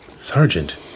Sergeant